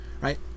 right